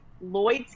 lloyd's